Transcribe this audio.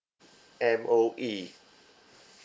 M_O_E